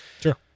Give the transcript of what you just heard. Sure